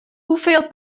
hoeveel